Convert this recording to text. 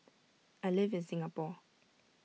I live in Singapore